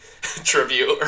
tribute